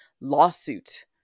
lawsuit